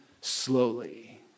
slowly